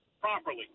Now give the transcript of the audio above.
properly